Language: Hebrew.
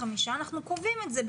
חמישה אלא אנחנו קובעים את זה.